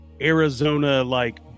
Arizona-like